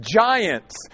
giants